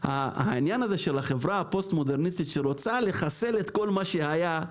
העניין של החברה הפוסט-מודרניסטית שרוצה לחסל את כל מה שהיה,